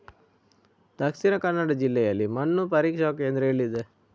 ದಕ್ಷಿಣ ಕನ್ನಡ ಜಿಲ್ಲೆಯಲ್ಲಿ ಮಣ್ಣು ಪರೀಕ್ಷಾ ಕೇಂದ್ರ ಎಲ್ಲಿದೆ?